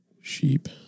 sheep